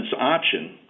option